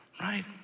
Right